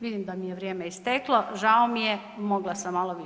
Vidim da mi je vrijeme isteklo, žao mi je, mogla sam malo više.